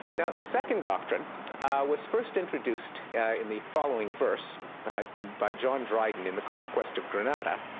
now, the second doctrine was first introduced in the following verse by john dryden in the conquest of granada.